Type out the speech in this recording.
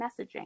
messaging